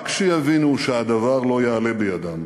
רק כשיבינו שהדבר לא יעלה בידם,